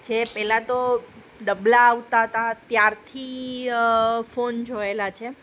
જે પેલા તો ડબલા આવતા હતાં ત્યારથી ફોન જોયેલાં છે